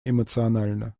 эмоционально